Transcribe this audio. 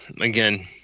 again –